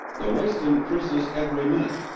the waste increases every minute.